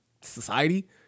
society